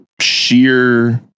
sheer